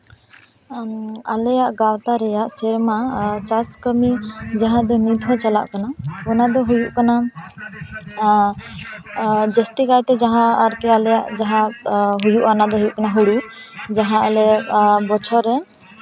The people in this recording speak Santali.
ᱟᱞᱮᱭᱟᱜ ᱜᱟᱶᱛᱟ ᱨᱮᱭᱟᱜ ᱥᱮᱨᱢᱟ ᱟᱨ ᱪᱟᱥ ᱠᱟᱹᱢᱤ ᱡᱟᱦᱟᱸ ᱫᱚ ᱱᱤᱛᱦᱚᱸ ᱪᱟᱞᱟᱜ ᱠᱟᱱᱟ ᱚᱱᱟ ᱫᱚ ᱦᱩᱭᱩᱜ ᱠᱟᱱᱟ ᱡᱟᱹᱥᱛᱤ ᱠᱟᱭᱛᱮ ᱡᱟᱦᱟᱸ ᱟᱨᱠᱤ ᱟᱞᱮᱭᱟᱜ ᱡᱟᱦᱟᱸ ᱦᱩᱭᱩᱜᱼᱟ ᱚᱱᱟ ᱫᱚ ᱦᱩᱭᱩᱜ ᱠᱟᱱᱟ ᱦᱩᱲᱩ ᱡᱟᱦᱟᱸ ᱟᱞᱮ ᱵᱚᱪᱷᱚᱨ ᱨᱮ